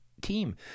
team